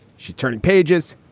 she turning pages